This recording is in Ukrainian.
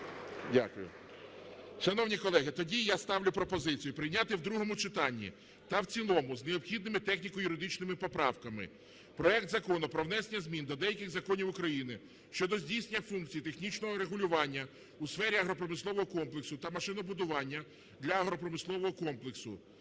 Дякую. Шановні колеги, тоді я ставлю пропозицію прийняти в другому читанні та в цілому з необхідними техніко-юридичними поправками проект Закону про внесення змін до деяких законів України щодо здійснення функцій технічного регулювання у сфері агропромислового комплексу та машинобудування для агропромислового комплексу